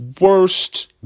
worst